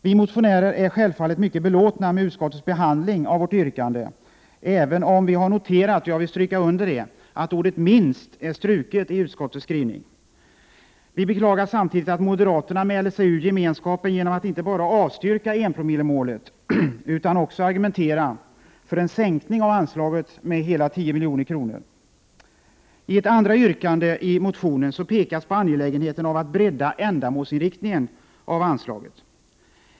Vi motionärer är självfallet mycket belåtna med utskottets behandling av vårt yrkande, även om vi har noterat att ordet ”minst” är struket i utskottets skrivning. Vi beklagar samtidigt att moderaterna mäler sig ur gemenskapen genom att inte bara avstyrka 1-promillemålet utan också argumenterar för en sänkning av anslaget med hela 10 milj.kr. I ett andra yrkande i motionen pekas på det angelägna i att bredda ändamålsinriktningen av anslaget.